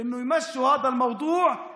על כך שהם מעבירים את הנושא,